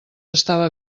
estava